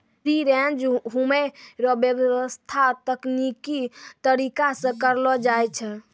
free range घुमै रो व्याबस्था तकनिकी तरीका से करलो जाय छै